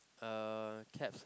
uh cabs